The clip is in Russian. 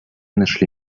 нашли